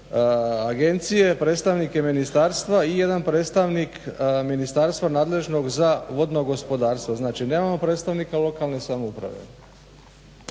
agencije, predstavnike ministarstva i jedan predstavnik ministarstva nadležnog za vodno gospodarstvo. Znači nemamo predstavnika lokalne samouprave.